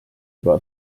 juba